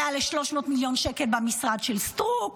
מעל 300 מיליון שקל במשרד של סטרוק,